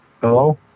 Hello